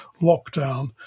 lockdown